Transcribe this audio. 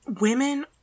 women